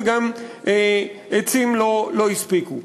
וגם העצים לא הספיקו.